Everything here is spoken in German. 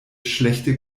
schlechte